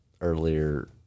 earlier